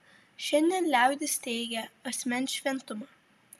šiandien liaudis teigia asmens šventumą